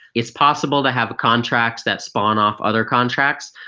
it's possible to have contracts that spun off other contracts,